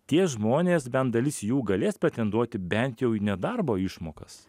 tie žmonės bent dalis jų galės pretenduoti bent jau į nedarbo išmokas